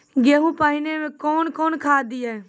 गेहूँ पहने कौन खाद दिए?